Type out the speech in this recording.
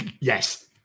Yes